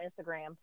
instagram